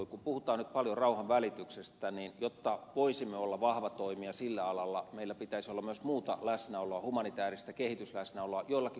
kun puhutaan nyt paljon rauhanvälityksestä niin jotta voisimme olla vahva toimija sillä alalla meillä pitäisi olla myös muuta läsnäoloa humanitääristä kehitysläsnäoloa joillakin konfliktialueilla